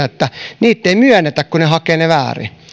että niitä ei myönnetä kun niitä haetaan väärin